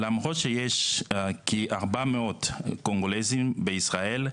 למרות שיש כ-400 קונגולזים בישראל,